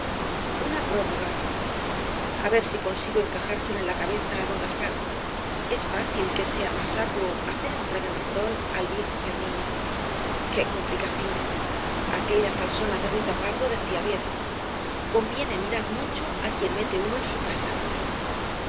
una prórroga a ver si consigo encajárselo en la cabeza á don gaspar es fácil que sea más arduo hacer entrar en razón al viejo que al niño qué complicaciones aquella falsona de rita pardo decía bien conviene mirar mucho á quién mete uno en su casa hubo